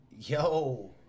yo